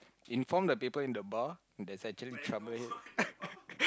inform the people in the bar that's actually in trouble here